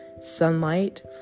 sunlight